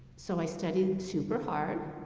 so, i studied super hard,